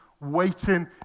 waiting